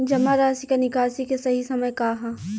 जमा राशि क निकासी के सही समय का ह?